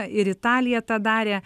ir italija tą darė